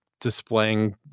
displaying